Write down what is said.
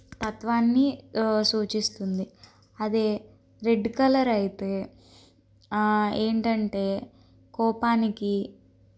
తత్వాన్ని సూచిస్తుంది అదే రెడ్ కలర్ అయితే ఏంటంటే కోపానికి